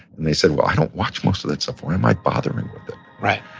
and they say, well, i don't watch most of that stuff. why am i bothering with it? right.